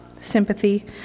sympathy